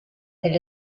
del